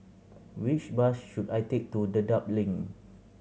which bus should I take to Dedap Link